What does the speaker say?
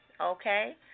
Okay